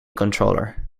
controller